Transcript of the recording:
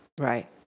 Right